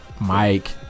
Mike